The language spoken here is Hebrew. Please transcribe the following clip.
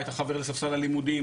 את החבר לספסל הלימודים,